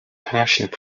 passionate